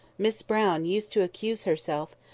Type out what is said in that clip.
miss brown used to accuse herself,